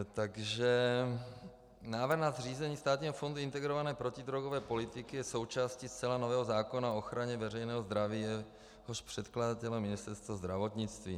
Takže návrh na zřízení Státního fondu integrované protidrogové politiky je součástí zcela nového zákona o ochraně veřejného zdraví, jehož předkladatelem je Ministerstvo zdravotnictví.